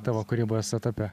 tavo kūrybos etape